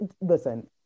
listen